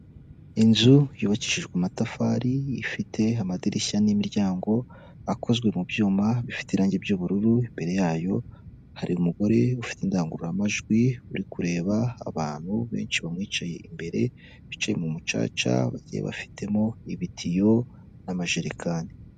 Inzu yubakishijwe amatafari ifite amadirishya n'imiryango akozwe mu byuma bifite irange ry'ubururu, imbere yayo hari umugore ufite indangururamajwi uri kureba abantu benshi bamwicaye imbere, bicaye mu mucaca bagiye bafitemo ibitiyo n'amajerekani.